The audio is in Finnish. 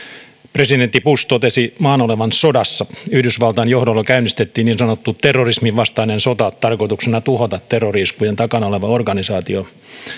presidentti bush totesi maan olevan sodassa yhdysvaltain johdolla käynnistettiin niin sanottu terrorismin vastainen sota tarkoituksena tuhota terrori iskujen takana oleva organisaatio